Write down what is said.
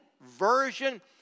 version